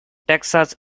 texas